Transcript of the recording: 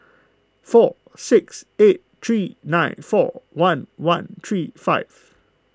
four six eight three nine four one one three five